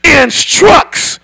instructs